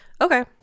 Okay